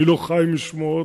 אני לא חי משמועות,